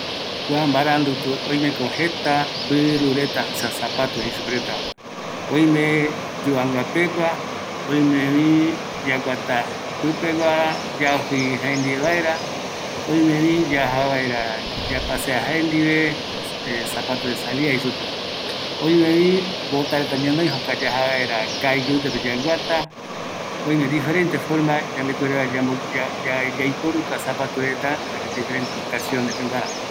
Oimeko jeta mbɨɨrureta, öime yuvanga pegua, yajɨi jaendiveva, yaguata vaera, bota, yaiporuta ketiko yajatayave, yaikuata mbaenunga mbɨɨru yambondetava